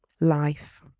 life